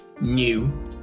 new